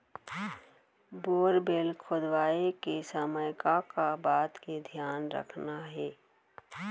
Borewell खोदवाए के समय का का बात के धियान रखना हे?